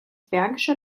bergische